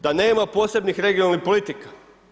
Da nema posebnih regionalnih politika.